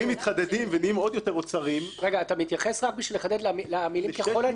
אתה מתייחס למילים "ככל הניתן"?